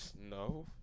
No